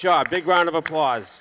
job big round of applause